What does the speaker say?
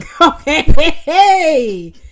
Okay